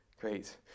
Great